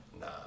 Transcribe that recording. Nah